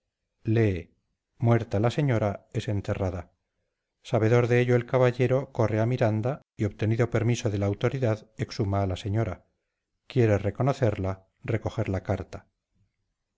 lee muerta la señora es enterrada sabedor de ello el caballero corre a miranda y obtenido permiso de la autoridad exhuma a la señora quiere reconocerla recoger la carta